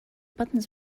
buttons